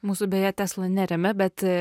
mūsų beje tesla neremia bet